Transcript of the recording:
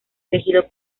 elegido